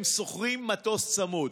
אם שוכרים מטוס צמוד.